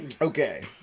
Okay